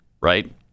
right